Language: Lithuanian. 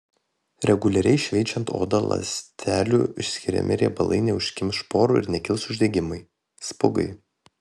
reguliariai šveičiant odą ląstelių išskiriami riebalai neužkimš porų ir nekils uždegimai spuogai